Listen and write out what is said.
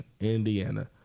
Indiana